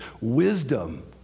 wisdom